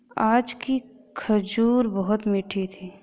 आज की खजूर बहुत मीठी थी